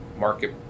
market